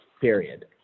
period